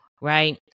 right